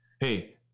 Hey